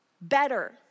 better